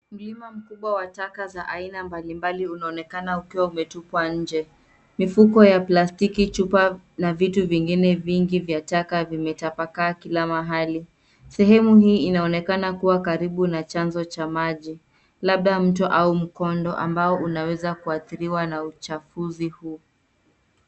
Mlima mkubwa wa taka za aina mbali mbali unaonekana ukiwa umetupwa nje. Mifuko ya plastiki, chupa na vitu vingine vingi vya taka vimetapakaa kila mahali. Sehemu hii inaonekana kuwa karibu na chanzo cha maji, labda mto au mkondo ambao unaweza kuadhiriwa na uchafuzi huu.